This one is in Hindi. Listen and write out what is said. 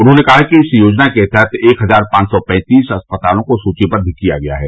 उन्होंने कहा कि इस योजना के तहत एक हजार पांच सौ पैंतीस अस्पतालों को सूचीबद्द किया गया है